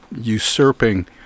usurping